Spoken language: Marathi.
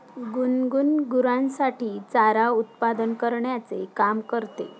गुनगुन गुरांसाठी चारा उत्पादन करण्याचे काम करते